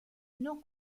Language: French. non